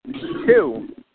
Two